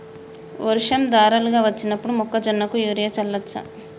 వర్షం ధారలుగా వచ్చినప్పుడు మొక్కజొన్న కు యూరియా చల్లచ్చా?